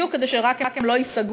בדיוק כדי שהם רק לא ייסגרו,